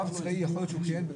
ברור, כי האחריות היא אחרת.